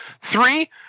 Three